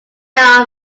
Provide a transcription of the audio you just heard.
aware